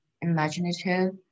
imaginative